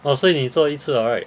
哦所以你做一次了 right